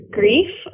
grief